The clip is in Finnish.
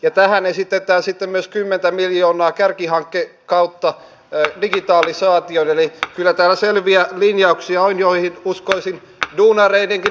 ja myös kiitos ministeri mäntylälle varsinkin vanhusten asumistuen leikkauksen peruuttamisesta se oli perussuomalaisillekin todella tärkeää